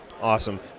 Awesome